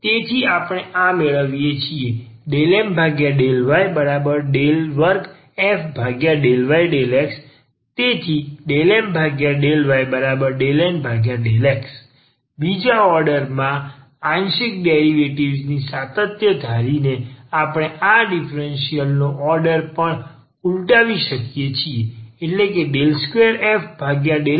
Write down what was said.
તેથી આપણે આ મેળવીએ છીએ ∂M∂y2f∂y∂x⟹∂M∂y∂N∂x બીજા ઓર્ડરમાં આંશિક ડેરિવેટિવ્ઝની આ સાતત્ય ધારીને આપણે આ ડીફરન્સીયલ નો ઓર્ડર પણ ઉલટાવી શકીએ છીએ